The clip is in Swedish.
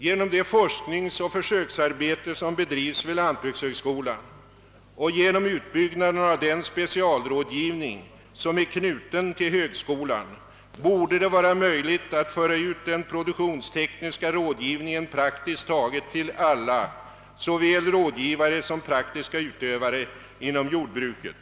Genom det forskningsoch försöksarbete som bedrivs vid lantbrukshögskolan och genom utbyggnaden av den specialrådgivning, som är knuten till högskolan, borde det vara möjligt att föra ut den produktionstekniska rådgivningen praktiskt taget till alla, såväl rådgivare som praktiska utövare inom jordbruket.